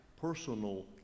personal